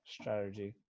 strategy